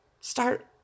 Start